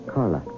Carla